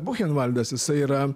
buchenvaldas jisai yra